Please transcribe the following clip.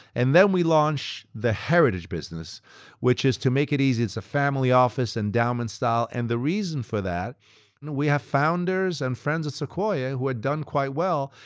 and then we launched the heritage business which is to make it easier. itaeurs a family office endowment style. and the reason for that we have founders and friends at sequoia who had done quite well,